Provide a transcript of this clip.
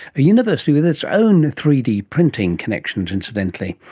a university with its own three d printing connections incidentally.